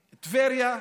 מטבריה,